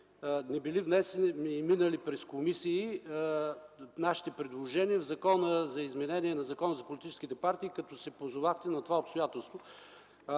не били внесени и минали през комисии нашите предложения за изменение на Закона за политическите партии, като се позовахте на това обстоятелство.